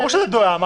ברור שזאת דעה.